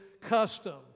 custom